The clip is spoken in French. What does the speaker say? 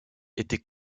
était